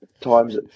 times